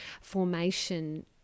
formation